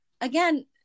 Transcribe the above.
again